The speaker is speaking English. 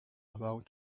about